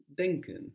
denken